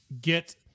get